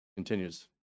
continues